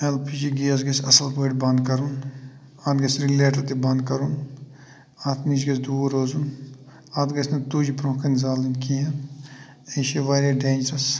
L P G gas گَژھِ اَصٕل پٲٹھۍ بَنٛد کَرُن اَتھ گَژھِ رِگلیٹَر تہِ بنٛد کرُن اَتھ نِش گَژھِ دوٗر رزوُن اَتھ گَژھِ نہٕ تُج برونٛہہ کَنۍ زالٕنۍ کینٛہہ یہِ چھِ واریاہ ڈینٛجرس